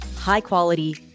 high-quality